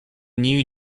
new